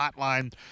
hotline